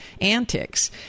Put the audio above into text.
antics